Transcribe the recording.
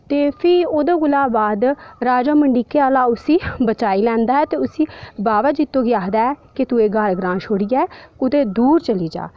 ते फ्ही ओह्दे कोला बाद राजा मंडलीक उसी बचाई लैंदा ऐ ते उसी बावा जित्तो गी आखदा ऐ कि तू एह् ग्हार ग्रांऽ छोड़ियै कुतै दूर चली जा